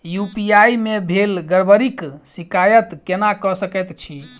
UPI मे भेल गड़बड़ीक शिकायत केना कऽ सकैत छी?